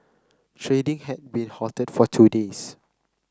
trading had been halted for two days